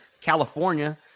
California